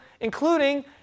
including